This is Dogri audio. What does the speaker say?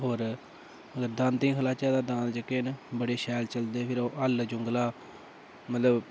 और अगर दांदें गी खलाचै तां दांद जेह्के न बड़े शैल चलदे फ्ही ओह् हल्ल जुंगला मतलब